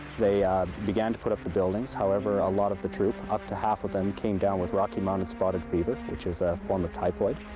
they began to put up the buildings, however a lot of the troop, up to half of them came down with rocky mountain spotted fever, which is a form of typhoid.